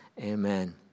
amen